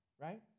right